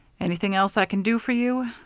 anything else i can do for you?